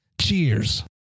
Cheers